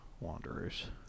Wanderers